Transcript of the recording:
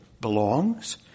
belongs